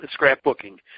scrapbooking